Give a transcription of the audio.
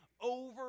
over